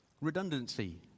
Redundancy